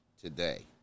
today